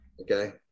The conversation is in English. Okay